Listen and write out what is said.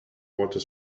water